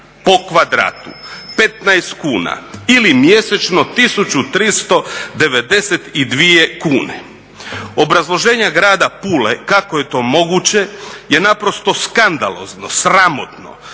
po kvadratu, 15 kuna ili mjesečno 1392 kune. Obrazloženja grada Pule kako je to moguće je naprosto skandalozno, sramotno,